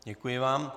Děkuji vám.